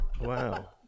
Wow